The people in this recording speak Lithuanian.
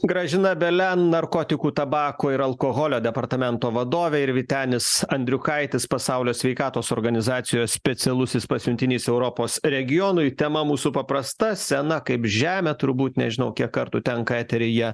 gražina belian narkotikų tabako ir alkoholio departamento vadovė ir vytenis andriukaitis pasaulio sveikatos organizacijos specialusis pasiuntinys europos regionui tema mūsų paprasta sena kaip žemė turbūt nežinau kiek kartų tenka eteryje